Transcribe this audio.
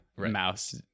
mouse